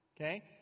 Okay